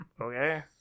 okay